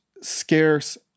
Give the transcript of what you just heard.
scarce